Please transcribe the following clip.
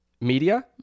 media